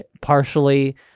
partially